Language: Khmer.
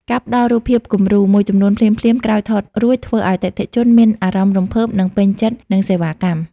ការផ្ដល់រូបភាពគំរូ មួយចំនួនភ្លាមៗក្រោយថតរួច ធ្វើឱ្យអតិថិជនមានអារម្មណ៍រំភើប និងពេញចិត្តនឹងសេវាកម្ម។